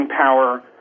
power